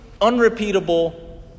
unrepeatable